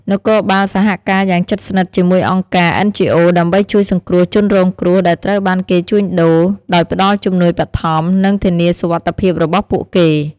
នគរបាលសហការយ៉ាងជិតស្និទ្ធជាមួយអង្គការ អិន ជី អូ ដើម្បីជួយសង្គ្រោះជនរងគ្រោះដែលត្រូវបានគេជួញដូរ ដោយផ្តល់ជំនួយបឋម និងធានាសុវត្ថិភាពរបស់ពួកគេ។